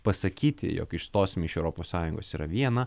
pasakyti jog išstosim iš europos sąjungos yra viena